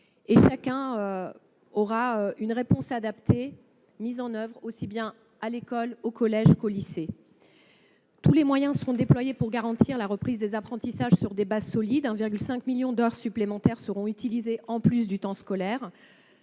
Chacun recevra une réponse adaptée, aussi bien à l'école qu'au collège et au lycée. Tous les moyens seront déployés pour garantir la reprise des apprentissages sur des bases solides. Ainsi, 1,5 million d'heures supplémentaires seront utilisées en plus du temps scolaire.